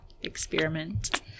experiment